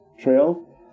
trail